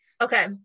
Okay